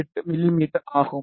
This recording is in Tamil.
8 மிமீ ஆகும்